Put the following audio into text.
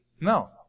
No